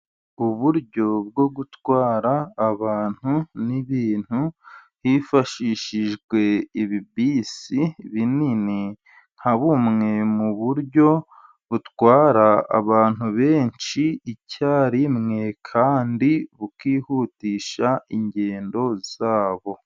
Uburyo bwo gutwara abantu n'ibintu hifashishijwe ibi bisi binini, nka bumwe mu buryo butwara abantu benshi icyarimwe kandi bukihutisha ingendo zabo.